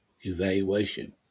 evaluation